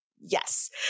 Yes